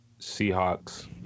Seahawks